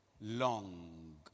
long